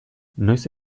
noiz